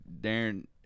Darren